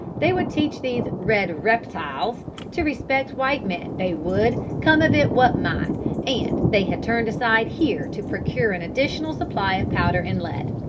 they would teach these red reptiles to respect white men, they would, come of it what might and they had turned aside here to procure an additional supply of powder and lead.